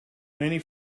many